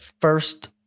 first